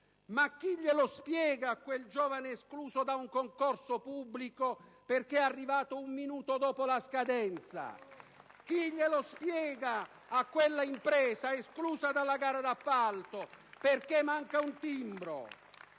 Ma chi glielo spiega a quel giovane escluso da un concorso pubblico perché è arrivato un minuto dopo la scadenza? Chi glielo spiega a quella impresa esclusa dalla gara d'appalto perché manca un timbro?